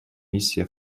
миссия